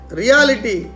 reality